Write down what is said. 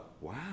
wow